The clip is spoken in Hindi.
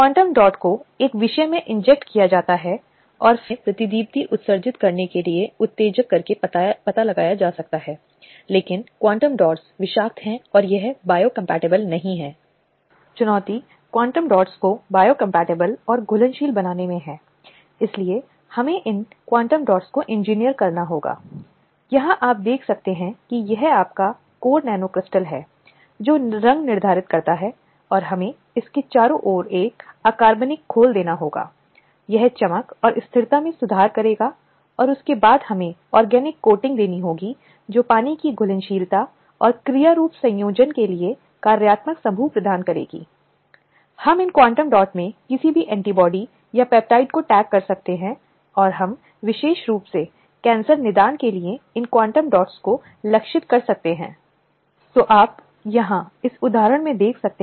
इसमें कहा गया है कि अनुच्छेद 14 और 15 के तहत महिलाओं के मौलिक अधिकारों के उल्लंघन के यौन उत्पीड़न का परिणाम है और अनुच्छेद 21 के तहत गरिमा के साथ जीवन का अधिकार और किसी भी पेशे का अभ्यास करने का उनका अधिकार या अनुच्छेद 19 के तहत किसी भी व्यवसाय पर ले जाने का अधिकार और इस तरह का अधिकार यौन उत्पीड़न से मुक्त एक सुरक्षित वातावरण का अधिकार शामिल है और क्योंकि यौन उत्पीड़न के खिलाफ सुरक्षा और मानव गरिमा के साथ काम करने का अधिकार सार्वभौमिक रूप से मान्यता प्राप्त मानव अधिकार हैं अंतर्राष्ट्रीय सम्मेलनों और उपकरणों द्वारा जिन्हें हमने पहले उल्लेख किया है 1979 का CEDAW